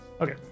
Okay